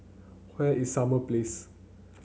where is Summer Place